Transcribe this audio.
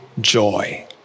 joy